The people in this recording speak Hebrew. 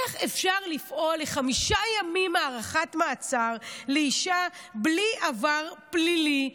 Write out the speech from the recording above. איך אפשר לפעול לחמישה ימים הארכת מעצר לאישה בלי עבר פלילי,